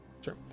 Sure